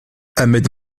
ahmed